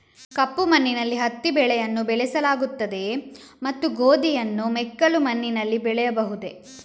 ಕಪ್ಪು ಮಣ್ಣಿನಲ್ಲಿ ಹತ್ತಿ ಬೆಳೆಯನ್ನು ಬೆಳೆಸಲಾಗುತ್ತದೆಯೇ ಮತ್ತು ಗೋಧಿಯನ್ನು ಮೆಕ್ಕಲು ಮಣ್ಣಿನಲ್ಲಿ ಬೆಳೆಯಬಹುದೇ?